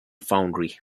foundry